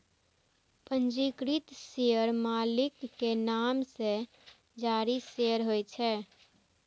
पंजीकृत शेयर मालिक के नाम सं जारी शेयर होइ छै